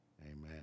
amen